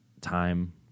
time